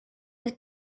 you